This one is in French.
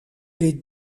les